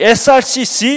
srcc